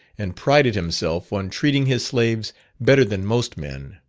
and prided himself on treating his slaves better than most men.